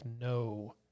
no